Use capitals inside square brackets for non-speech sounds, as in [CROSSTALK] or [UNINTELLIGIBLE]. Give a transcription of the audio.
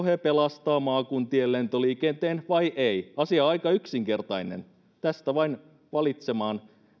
[UNINTELLIGIBLE] he pelastaa maakuntien lentoliikenteen vai eivät asia on aika yksinkertainen tästä vain valitsemaan